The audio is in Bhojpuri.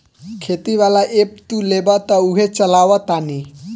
खेती वाला ऐप तू लेबऽ उहे चलावऽ तानी